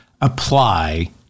apply